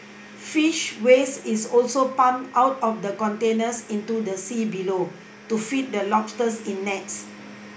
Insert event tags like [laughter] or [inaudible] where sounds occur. [noise] fish waste is also pumped out of the containers into the sea below to feed the lobsters in nets